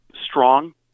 strong